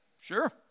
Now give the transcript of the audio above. sure